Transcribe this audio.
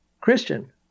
Christian